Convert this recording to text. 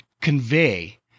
convey